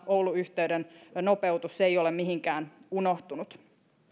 oulun yhteyden nopeutusta se ei ole mihinkään unohtunut